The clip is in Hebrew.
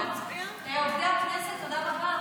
עובדי הכנסת, תודה רבה.